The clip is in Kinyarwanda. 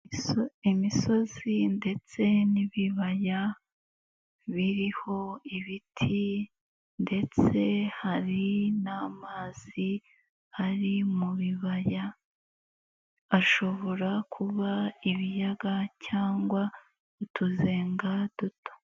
Imisozi ndetse n'ibibaya, biriho ibiti, ndetse hari n'amazi ari mu bibaya, ashobora kuba ibiyaga cyangwa utuzenga duto.